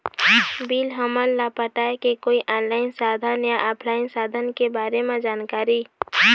Bill हमन ला पटाए के कोई ऑनलाइन साधन या ऑफलाइन साधन के बारे मे जानकारी?